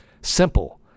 Simple